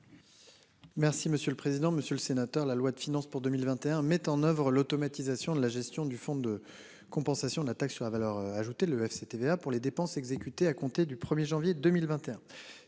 Merci monsieur le président, Monsieur le Sénateur, la loi de finances pour 2021, mettent en oeuvre l'automatisation de la gestion du fonds de compensation de la taxe sur la valeur ajoutée le FCTVA pour les dépenses exécutées à compter du 1er janvier 2021.